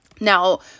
Now